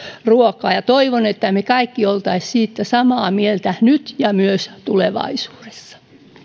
ruokaa ja toivon että me kaikki olisimme siitä samaa mieltä nyt ja myös tulevaisuudessa